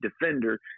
defender